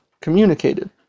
communicated